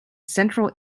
central